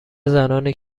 زنانی